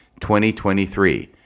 2023